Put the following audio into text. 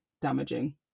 damaging